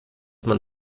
man